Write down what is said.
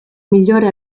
migliore